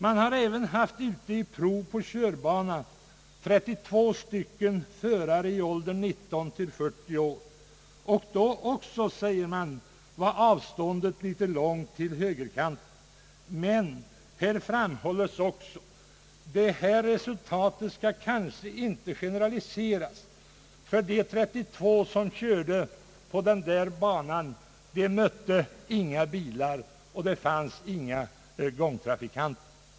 Det har också gjorts prov på körbana med 32 förare i åldern 19—40 år. även då var avståndet litet långt till högerkanten, sägs det. Men det framhålles också att resultaten kanske inte bör generaliseras, ty de 32 som körde på den där banan mötte inga bilar, och det fanns inga gångtrafikanter.